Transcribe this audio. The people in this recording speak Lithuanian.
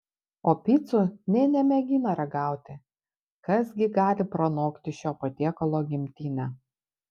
o picų nė nemėgina ragauti kas gi gali pranokti šio patiekalo gimtinę